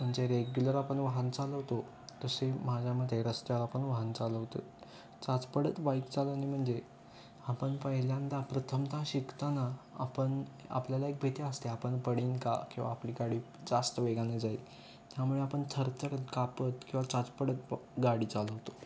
म्हणजे रेग्युलर आपण वाहन चालवतो तसे माझ्या मते रस्त्यावर आपण वाहन चालवतो चाचपडत बाईक चालवणे म्हणजे आपण पहिल्यांदा प्रथमत शिकताना आपण आपल्याला एक भीती असते आपण पडीन का किंवा आपली गाडी जास्त वेगाने जाईल त्यामुळे आपण थरथर कापत किंवा चाचपडत गाडी चालवतो